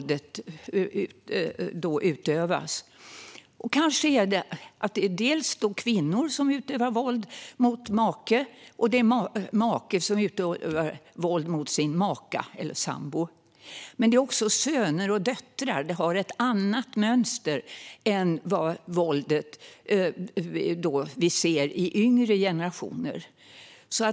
Det är dels kvinnor som utövar våld mot sina män, dels män som utövar våld mot sina fruar eller sambor. Men det är också söner och döttrar. Det har ett annat mönster än det våld som vi ser i yngre generationer.